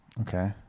okay